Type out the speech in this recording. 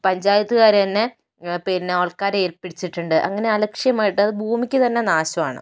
പഞ്ചായത്തുകാർ തന്നെ പിന്നെ ആൾക്കാരെ ഏല്പിച്ചിട്ടുണ്ട് അങ്ങനെ അലക്ഷ്യമായിട്ട് അത് ഭൂമിക്ക് തന്നെ നാശമാണ്